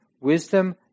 Wisdom